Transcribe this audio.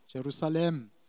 Jerusalem